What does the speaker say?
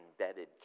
embedded